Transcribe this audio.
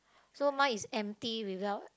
so mine is empty without